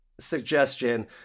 Suggestion